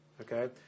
okay